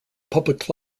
public